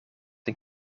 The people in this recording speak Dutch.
een